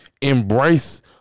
embrace